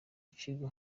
kigo